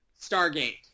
Stargate